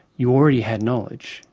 you already have knowledge,